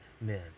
men